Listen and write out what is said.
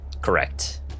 Correct